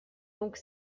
donc